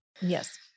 Yes